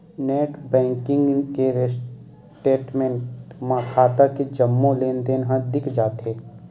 net banking के statement म खाता के जम्मो लेनदेन ह दिख जाथे